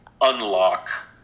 unlock